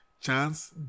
chance